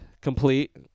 complete